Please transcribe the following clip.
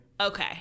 Okay